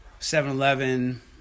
7-Eleven